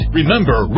remember